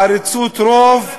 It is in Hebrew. בעריצות רוב.